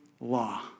law